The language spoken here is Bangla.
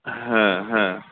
হ্যাঁ হ্যাঁ